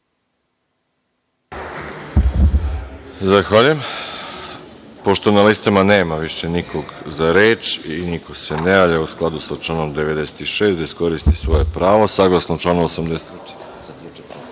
Zahvaljujem. Pošto na listama nema više nikog za reč i niko se ne javlja u skladu sa članom 96. da iskoristi svoje pravo, zaključujem